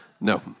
No